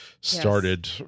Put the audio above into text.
started